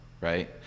right